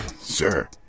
Sir